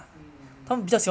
mm mm mm mm